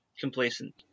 complacent